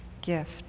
gift